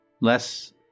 Less